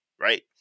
Right